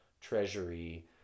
Treasury